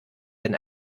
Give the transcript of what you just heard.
denn